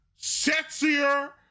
sexier